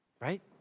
Right